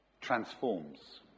transforms